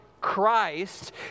Christ